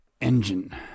engine